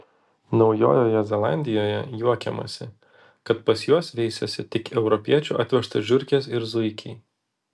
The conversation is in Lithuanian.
naujojoje zelandijoje juokiamasi kad pas juos veisiasi tik europiečių atvežtos žiurkės ir zuikiai